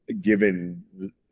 given